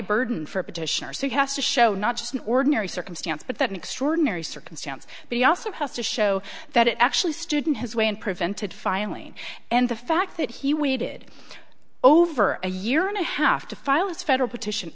burden for a petitioner so he has to show not just an ordinary circumstance but that an extraordinary circumstance but he also has to show that it actually student his way and prevented filing and the fact that he waited over a year and a half to file his federal petition